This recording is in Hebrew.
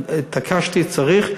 התעקשתי שצריך,